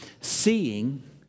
seeing